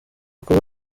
kuba